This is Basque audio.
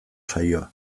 saioa